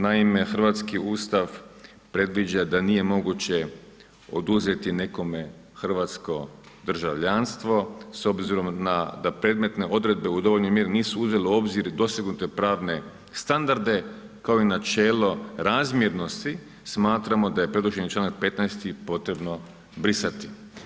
Naime, hrvatski Ustav predviđa da nije moguće oduzeti nekome hrvatsko državljanstvo s obzirom da predmetne odredbe u dovoljnoj mjeri nisu uzele u obzir dostignute pravne standarde kao i načelo razmjernosti, smatramo da je predloženi članak 15. potrebno brisati.